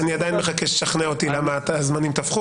אני עדיין מחכה שתשכנע אותי למה הזמנים תפחו